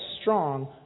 strong